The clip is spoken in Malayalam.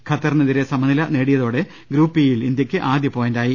ഖത്തറിനെ തിരെ സമനില നേടിയതോടെ ഗ്രൂപ്പ് ഇ യിൽ ഇന്ത്യക്ക് ആദ്യ പോയിന്റായി